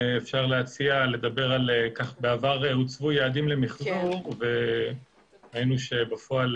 אפשר להציע: בעבר הוצבו יעדים למחזור וראינו שבפועל